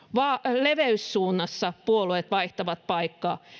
leveyssuunnassa puolueet vaihtavat paikkaa